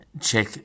Check